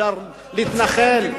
אפשר להתנחל,